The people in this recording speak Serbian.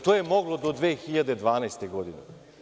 To je moglo do 2012. godine.